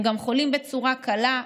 הם גם חולים בצורה קלה.